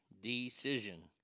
decision